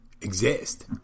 Exist